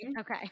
Okay